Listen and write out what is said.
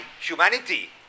humanity